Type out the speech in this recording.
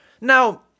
Now